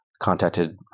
contacted